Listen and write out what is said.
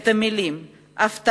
את המלים "אבטלה",